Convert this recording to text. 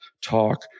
talk